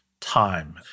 time